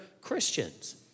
Christians